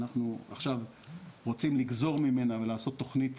אנחנו עכשיו רוצים לגזור ממנה ולעשות תכנית